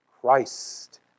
Christ